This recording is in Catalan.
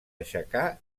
aixecar